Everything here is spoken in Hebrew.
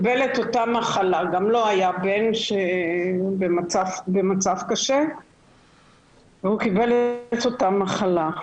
גם לו היה בן במצב קשה והוא קיבל את אותה מחלה.